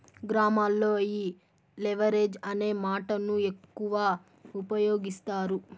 గ్రామాల్లో ఈ లెవరేజ్ అనే మాటను ఎక్కువ ఉపయోగిస్తారు